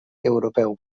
europeu